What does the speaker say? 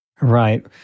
Right